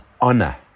honor